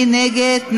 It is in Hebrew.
מי נגד?